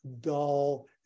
dull